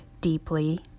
deeply